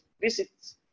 visits